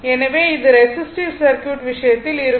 எனவே இது resistive circuit விஷயத்தில் இருக்கும்